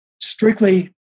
strictly